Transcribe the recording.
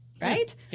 Right